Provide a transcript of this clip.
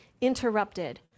interrupted